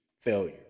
failure